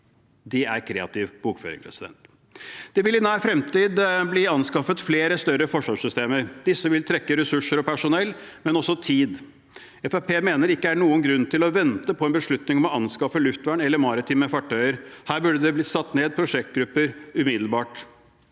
Det er kreativ bokføring. Det vil i nær fremtid bli anskaffet flere større forsvarssystemer. Disse vil trekke ressurser og personell, men også tid. Fremskrittspartiet mener det ikke er noen grunn til å vente på en beslutning om å anskaffe luftvern eller maritime fartøy. Her burde det nedsettes prosjektgrupper umiddelbart.